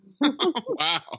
wow